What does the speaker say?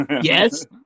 yes